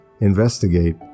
investigate